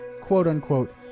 quote-unquote